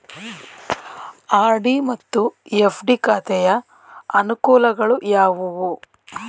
RD ಮತ್ತು FD ಖಾತೆಯ ಅನುಕೂಲಗಳು ಯಾವುವು?